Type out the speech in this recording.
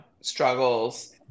struggles